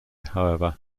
however